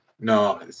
No